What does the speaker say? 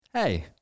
Hey